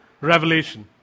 revelation